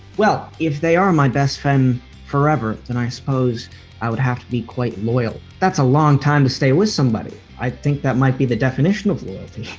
well, if they are my best friend forever, then i suppose i would have to be quite loyal. that's a long time to stay with somebody. i think that might be the definition of loyalty.